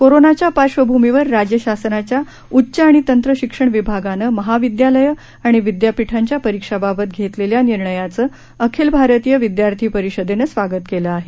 कोरोनाच्या पार्श्वभूमीवर राज्य शासनाच्या उच्च आणि तंत्रशिक्षण विभागानं महाविद्यालयं आणि विदयापीठांच्या परीक्षांबाबत घेतलेल्या निर्णयाचं अखिल भारतीय विदयार्थी परिषदेनं स्वागत केलं आहे